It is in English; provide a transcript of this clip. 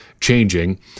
changing